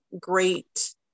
great